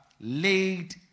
laid